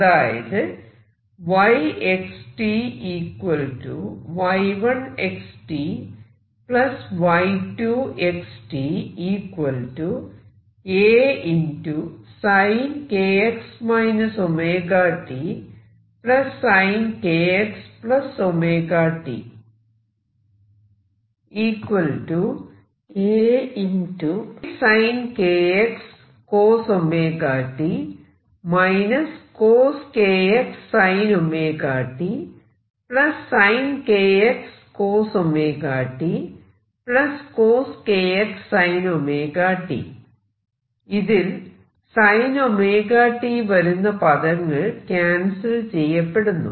അതായത് ഇതിൽ sin ωt വരുന്ന പദങ്ങൾ ക്യാൻസൽ ചെയ്യപ്പെടുന്നു